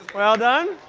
well done.